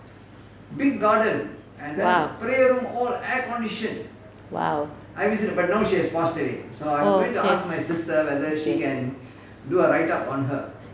!wow! !wow! oh okay